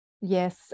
Yes